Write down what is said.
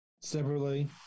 separately